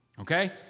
Okay